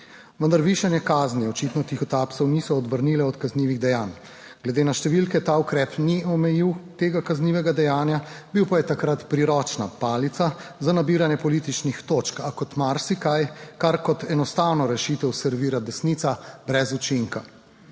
vendar višanje kazni očitno tihotapcev niso odvrnile od kaznivih dejanj. Glede na številke ta ukrep ni omejil tega kaznivega dejanja, bil pa je takrat priročna palica za nabiranje političnih točk, a kot marsikaj, kar kot enostavno rešitev servira desnica, brez učinka.